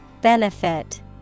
Benefit